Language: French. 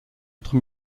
autre